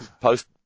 Post